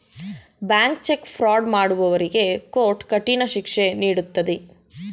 bank cheque fraud ಮಾಡುವವರಿಗೆ court ಕಠಿಣ ಶಿಕ್ಷೆ ನೀಡುತ್ತದೆ